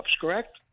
correct